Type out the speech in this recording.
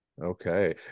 Okay